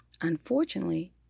Unfortunately